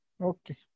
Okay